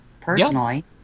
personally